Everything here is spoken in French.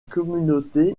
communauté